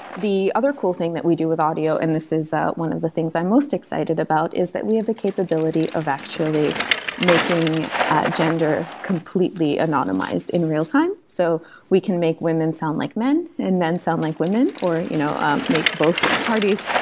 the other cool thing that we do with audio, and this is one of the things i'm most excited about is that we have a capability of actually making gender completely anonymized in real-time so we can make women sound like men and men sound like women, or you know um make both parties,